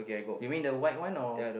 you mean the white one or